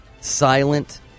silent